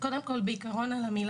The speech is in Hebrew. לגבי המילה